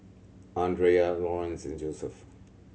Andrea Laurance and Joseph